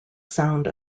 sound